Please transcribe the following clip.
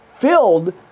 filled